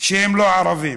שהם לא ערבים.